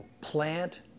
plant